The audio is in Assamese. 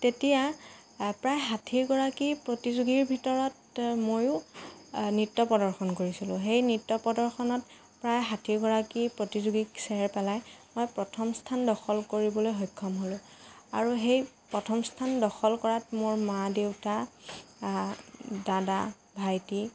তেতিয়া প্ৰায় ষাঠি গৰাকী প্ৰতিযোগীৰ ভিতৰত ময়ো নৃত্য প্ৰদৰ্শন কৰিছিলোঁ সেই নৃত্য প্ৰদৰ্শনত প্ৰায় ষাঠি গৰাকী প্ৰতিযোগীক চেৰ পেলাই মই প্ৰথম স্থান দখল কৰিবলৈ সক্ষম হ'লোঁ আৰু সেই প্ৰথম স্থান দখল কৰাত মোৰ মা দেউতা দাদা ভাইটি